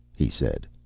he said,